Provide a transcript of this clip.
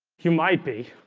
you might be